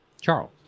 Charles